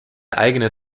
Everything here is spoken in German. eigene